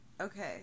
Okay